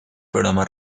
programa